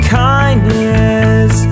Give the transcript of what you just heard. kindness